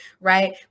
right